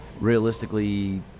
Realistically